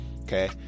Okay